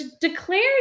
declares